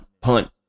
punt